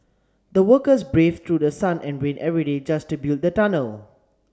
the workers braved through the sun and rain every day just to build the tunnel